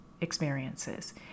experiences